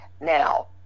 Now